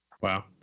Wow